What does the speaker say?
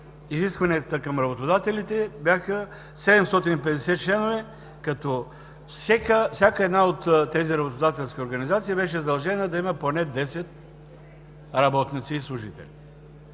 изискванията към работодателите бяха 750 членове, като всяка една от тези работодателски организации беше задължена да има поне десет работници и служители